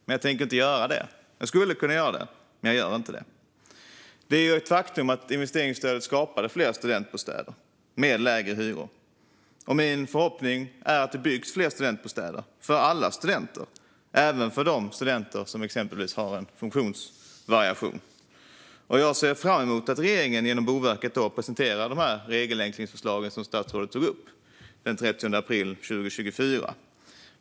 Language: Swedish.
Men det tänker jag inte göra. Det är ett faktum att investeringsstödet skapade fler studentbostäder med lägre hyror. Min förhoppning är att det ska byggas fler studentbostäder för alla studenter, även för studenter som exempelvis har en funktionsvariation. Jag ser fram emot att regeringen den 30 april 2024 genom Boverket ska presentera de regelförenklingsförslag som statsrådet tog upp.